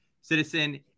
Citizen